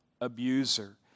abuser